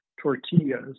tortillas